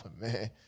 man